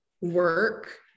work